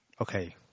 okay